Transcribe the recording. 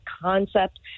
concept